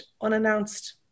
unannounced